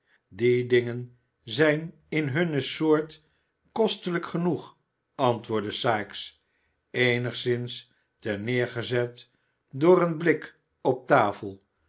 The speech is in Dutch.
die dingen zijn in hunne soort kostelijk genoeg antwoordde sikes eenigszins ter neer gezet door een blik op de tafel